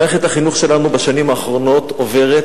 מערכת החינוך שלנו בשנים האחרונות עוברת